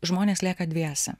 žmonės lieka dviese